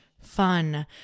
fun